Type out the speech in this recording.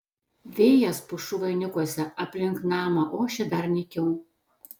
vėjas pušų vainikuose aplink namą ošė dar nykiau